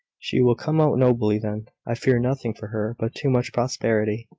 she will come out nobly then. i fear nothing for her but too much prosperity.